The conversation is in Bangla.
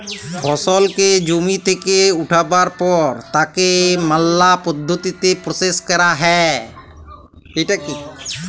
ফসলকে জমি থেক্যে উঠাবার পর তাকে ম্যালা পদ্ধতিতে প্রসেস ক্যরা হ্যয়